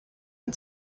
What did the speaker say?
and